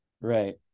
right